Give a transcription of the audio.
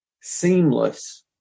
seamless